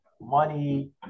money